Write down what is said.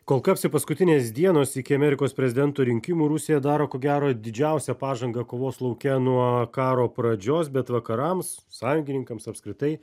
kol kapsi paskutinės dienos iki amerikos prezidento rinkimų rusija daro ko gero didžiausią pažangą kovos lauke nuo karo pradžios bet vakarams sąjungininkams apskritai